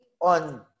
on